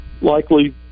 Likely